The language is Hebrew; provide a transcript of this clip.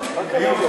נראה.